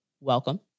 welcome